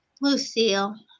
Lucille